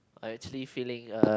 I actually feeling uh